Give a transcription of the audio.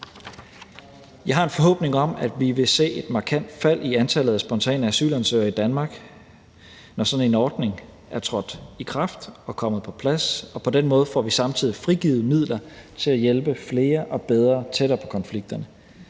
Jeg har en forhåbning om, at vi vil se et markant fald i antallet af spontane asylansøgere i Danmark, når sådan en ordning er trådt i kraft og kommet på plads, og på den måde får vi samtidig frigivet midler til at hjælpe flere – og på en bedre måde – tættere på konflikterne.